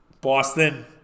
Boston